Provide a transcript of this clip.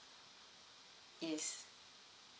yes